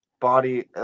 body